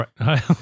Right